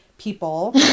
people